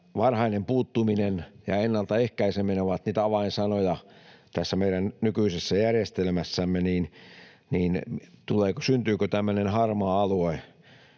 varhainen puuttuminen ja ennaltaehkäiseminen ovat niitä avainsanoja tässä meidän nykyisessä järjestelmässämme, niin syntyykö tämmöinen harmaa alue,